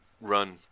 run